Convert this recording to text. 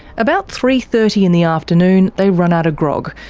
about three thirty in the afternoon, they run out of grog,